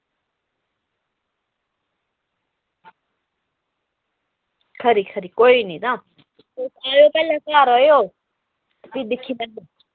खरी खरी कोई निं तां ते पैह्लें घर आयो भी दिक्खी लैगे